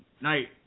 night